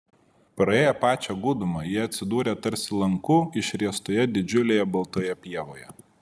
praėję pačią gūdumą jie atsidūrė tarsi lanku išriestoje didžiulėje baltoje pievoje